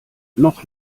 noch